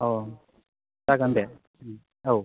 औ जागोन दे उम औ